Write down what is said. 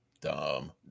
dumb